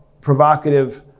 provocative